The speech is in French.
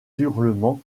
hurlements